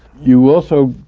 you also